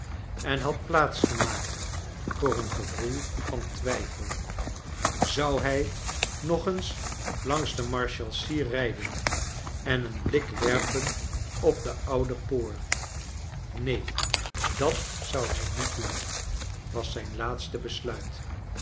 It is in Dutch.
en had plaats gemaakt voor een gevoel van twijfel zou hij nog eens langs de marshalsea rijden en een blik werpen op de oude poort neen dat zou hij niet doen was zijn laatste besluit